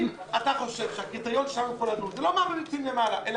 אם אתה חושב שהקריטריון שלנו פה לדון הוא לא מה ממליצים אלא